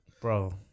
bro